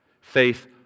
Faith